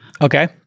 Okay